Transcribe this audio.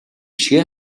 шигээ